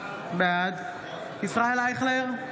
בעד ישראל אייכלר,